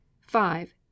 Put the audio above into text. five